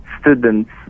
students